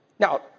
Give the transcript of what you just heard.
Now